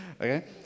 Okay